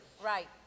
right